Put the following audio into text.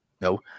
no